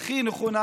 הכי נכונה.